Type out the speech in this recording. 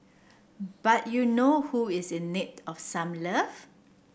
but you know who is in need of some love